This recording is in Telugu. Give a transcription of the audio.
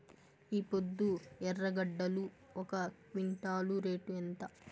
ఈపొద్దు ఎర్రగడ్డలు ఒక క్వింటాలు రేటు ఎంత?